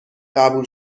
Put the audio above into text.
قبول